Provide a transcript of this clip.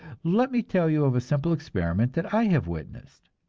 let me tell you of a simple experiment that i have witnessed.